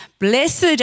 Blessed